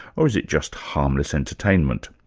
or is it just harmless entertainment?